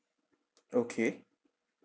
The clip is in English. okay